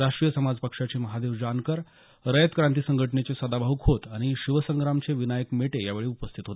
राष्ट्रीय समाज पक्षाचे महादेव जानकर रयत क्रांती संघटनेचे सदाभाऊ खोत आणि शिवसंग्रामचे विनायक मेटे यावेळी उपस्थीत आहेत